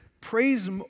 praise